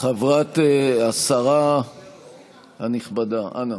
השרה הנכבדה, אנא.